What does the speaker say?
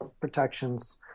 protections